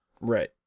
Right